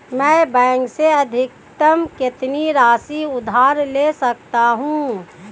मैं बैंक से अधिकतम कितनी राशि उधार ले सकता हूँ?